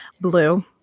Blue